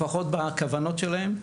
לפחות בכוונות שלהם,